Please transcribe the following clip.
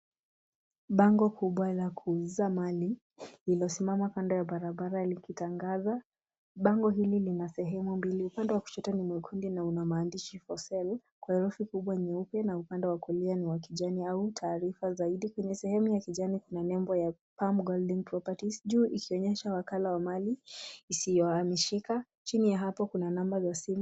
Bango kubwa la kuuza mali lililosimama kando ya barabara likitangaza, bango hili lina sehemu mbili ,upande wa kushoto ni mwekundu na una maandishi For Sale kwa herufi kubwa nyeupe na upande wa kulia ni wa kijani au taarifa zaidi. Kwenye sehemu ya kijani kuna nembo ya PAM GOLDING properties juu ikionyesha wakala wa mali isiyohamishika, chini ya hapo kuna namba za simu.